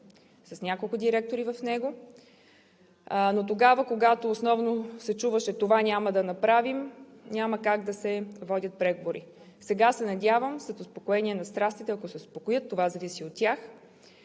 с няколко директори в него. Но тогава, когато основно се чуваше – това няма да направим, няма как да се водят преговори. Сега се надявам, след успокоение на страстите, ако се успокоят – това зависи от тях,